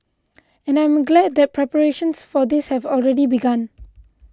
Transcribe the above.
and I am glad that preparations for this have already begun